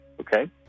okay